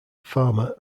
farmer